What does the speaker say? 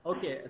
Okay